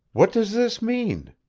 what does this mean?